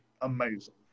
amazing